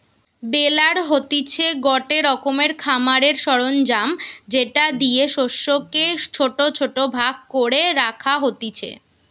বেলার হতিছে গটে রকমের খামারের সরঞ্জাম যেটা দিয়ে শস্যকে ছোট ছোট ভাগ করে রাখা হতিছে